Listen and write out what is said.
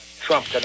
Trump